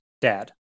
dad